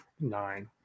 nine